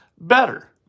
better